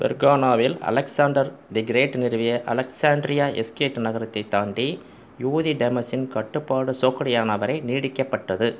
பெர்கானாவில் Alexander the great நிறுவிய Alexandria Eschate நகரத்தைத் தாண்டி யூதி டெமஸின் கட்டுப்பாடு சோக்டியானா வரை நீட்டிக்கப்பட்டது